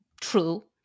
true